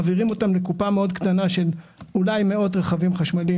מעבירים אותם לקופה קטנה של אולי מאות רכבים חשמליים